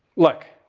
look.